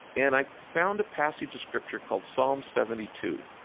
and i found a passage of scripture called psalm seventy two.